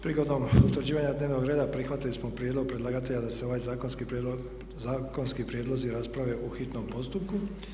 Prigodom utvrđivanja dnevnog reda prihvatili smo prijedlog predlagatelja da se ovi zakonski prijedlozi rasprave u hitnom postupku.